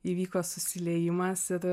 įvyko susiliejimas ir